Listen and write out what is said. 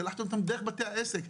שלחתם אותם דרך בתי העסק.